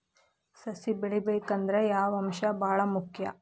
ಸಸಿ ಬೆಳಿಬೇಕಂದ್ರ ಯಾವ ಅಂಶ ಭಾಳ ಮುಖ್ಯ?